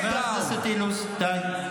חבר הכנסת אילוז, די.